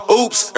oops